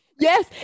Yes